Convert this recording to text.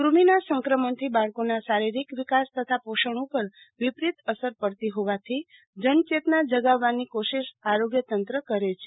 કૃમિના સંક્રમણથી બાળકોનાં શારીરિક વિકાસ તથા પોષણ ઉપટ વિપરિત અસર પડતી જોવાથી જનચેતના જગાવવાની કોશિશ આરોગ્યતંત્ર કરે છે